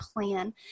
plan